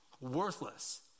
worthless